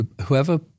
whoever